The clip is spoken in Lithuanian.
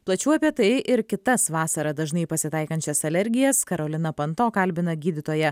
plačiau apie tai ir kitas vasarą dažnai pasitaikančias alergijas karolina panto kalbina gydytoją